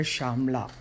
Shamla